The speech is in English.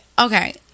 okay